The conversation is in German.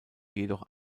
jedoch